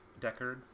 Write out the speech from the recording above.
Deckard